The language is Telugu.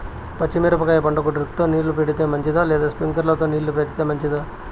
పచ్చి మిరపకాయ పంటకు డ్రిప్ తో నీళ్లు పెడితే మంచిదా లేదా స్ప్రింక్లర్లు తో నీళ్లు పెడితే మంచిదా?